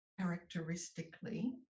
characteristically